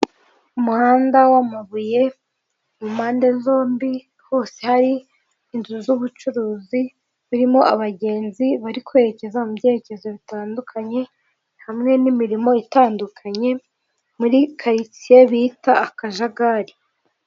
Umuhanda w'amabuye impande zombi hose hari inzu z'ubucuruzi birimo abagenzi bari kwerekeza mu byerekezo bitandukanye hamwe n'imirimo itandukanye muri karitsiye bita akajagari.